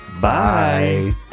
Bye